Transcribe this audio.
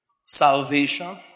salvation